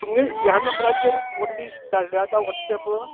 तुमगे ह्या नंबराचेर लिस्ट धाडल्या जाता व्हॉट्सॅप